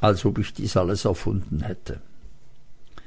als ob ich dies alles erfunden hätte